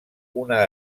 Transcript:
una